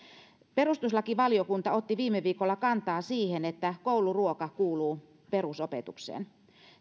perustuslakivaliokunta otti viime viikolla kantaa siihen että kouluruoka kuuluu perusopetukseen